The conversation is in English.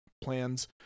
plans